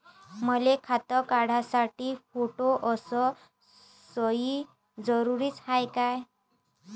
मले खातं काढासाठी फोटो अस सयी जरुरीची हाय का?